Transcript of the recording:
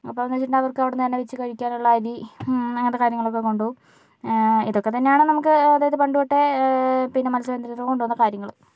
അപ്പോൾ എന്ന് വെച്ചിട്ടുണ്ടെങ്കിൽ അവർക്ക് അവിടെ എന്ന് തന്നെ വച്ച് കഴിക്കാനുള്ള അരി അങ്ങനത്തെ കാര്യങ്ങളൊക്കെ കൊണ്ടുപോകും ഇതൊക്കെ തന്നെയാണ് നമുക്ക് അതായത് പണ്ട് തൊട്ടേ പിന്നെ മത്സ്യബന്ധനത്തിന് കൊണ്ടുപോകുന്ന കാര്യങ്ങൾ